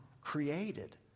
created